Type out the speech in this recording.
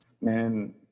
Man